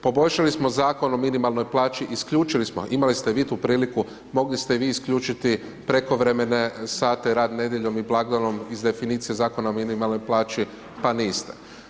Poboljšali smo Zakon o minimalnoj plaći, isključili smo, imali ste vi tu priliku, mogli ste vi isključiti prekovremene sate, rad nedjeljom i blagdanom iz definicije Zakona o minimalnoj plaći, pa niste.